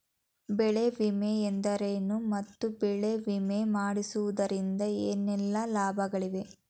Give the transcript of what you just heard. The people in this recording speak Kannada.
ಬೆಳೆ ವಿಮೆ ಎಂದರೇನು ಮತ್ತು ಬೆಳೆ ವಿಮೆ ಮಾಡಿಸುವುದರಿಂದ ಏನೆಲ್ಲಾ ಲಾಭಗಳಿವೆ?